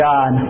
God